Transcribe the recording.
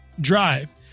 drive